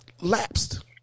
lapsed